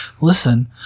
listen